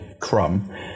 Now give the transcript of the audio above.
crumb